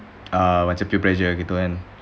ah macam peer pressure gitu kan